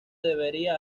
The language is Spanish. debería